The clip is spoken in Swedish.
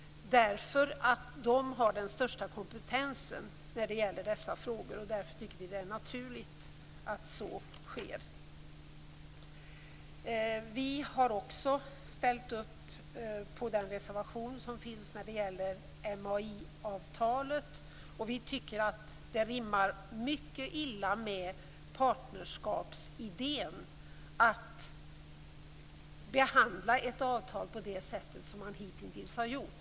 Det har den största kompetensen när det gäller dessa frågor. Därför tycker vi att det är naturligt att så sker. Vi kristdemokrater har också ställt upp på den reservation som finns när det gäller MAI-avtalet. Det rimmar mycket illa med partnerskapsidén att behandla ett avtal på det sätt som man hitintills har gjort.